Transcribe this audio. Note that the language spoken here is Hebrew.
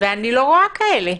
ואיני רואה כאלה.